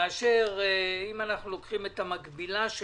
אם אנחנו לוקחים את המקבילה,